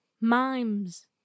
Mimes